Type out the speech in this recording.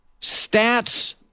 Stats